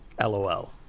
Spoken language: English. LOL